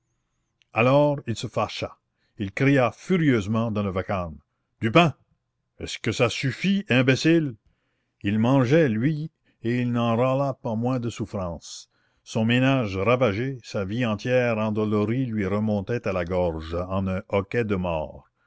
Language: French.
alors il se fâcha il cria furieusement dans le vacarme du pain est-ce que ça suffit imbéciles il mangeait lui et il n'en râlait pas moins de souffrance son ménage ravagé sa vie entière endolorie lui remontaient à la gorge en un hoquet de mort